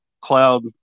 cloud